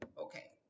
Okay